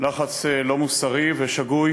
לחץ לא מוסרי ושגוי